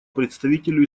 представителю